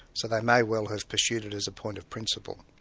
so they may well have pursued it as a point of principle.